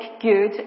good